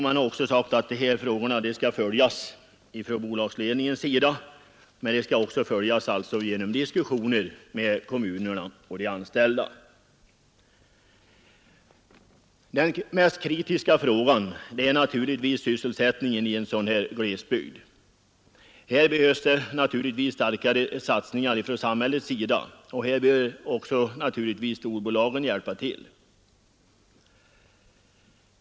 Man har också sagt att dessa frågor skall följas både från bolagsledningens sida och genom diskussioner med kommunerna och de anställda. Den mest kritiska frågan i en sådan här glesbygd är naturligtvis sysselsättningsfrågan. Här behövs starkare satsningar av samhället, men storbolagen måste också hjälpa till.